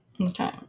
Okay